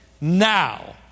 Now